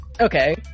Okay